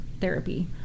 therapy